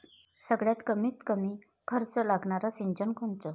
सगळ्यात कमीत कमी खर्च लागनारं सिंचन कोनचं?